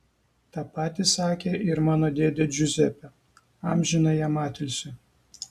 tą patį sakė ir mano dėdė džiuzepė amžiną jam atilsį